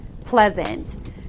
pleasant